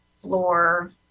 floor